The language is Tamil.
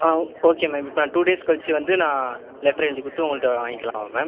ஓகே மேம் இப்போ நான் டூ டேஸ் கழிச்சு வந்து நான் லெட்டர் எழுதி குடுத்து உங்கள்கிட்ட வாங்கிக்கலாமா மேம்